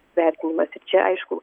vertinimas ir čia aišku